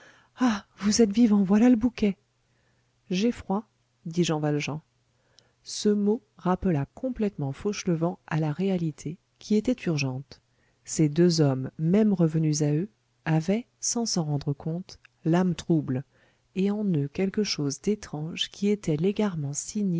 ah vous êtes vivant voilà le bouquet j'ai froid dit jean valjean ce mot rappela complètement fauchelevent à la réalité qui était urgente ces deux hommes même revenus à eux avaient sans s'en rendre compte l'âme trouble et en eux quelque chose d'étrange qui était l'égarement